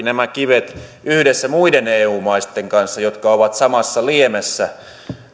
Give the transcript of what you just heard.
nämä kivet yhdessä muiden eu maitten kanssa jotka ovat samassa liemessä